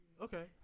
okay